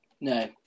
no